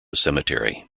cemetery